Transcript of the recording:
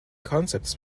concepts